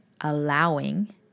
allowing